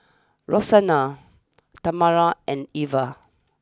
Roxanna Tamala and Eva